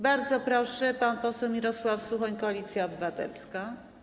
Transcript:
Bardzo proszę, pan poseł Mirosław Suchoń, Koalicja Obywatelska.